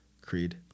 creed